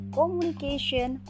communication